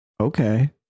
Okay